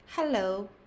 Hello